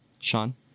Sean